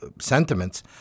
sentiments